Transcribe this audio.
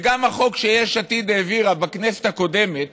וגם החוק שיש עתיד העבירה בכנסת הקודמת